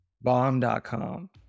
bomb.com